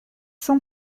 sans